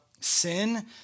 sin